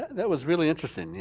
that was really interesting, you